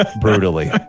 brutally